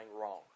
wrong